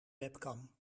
webcam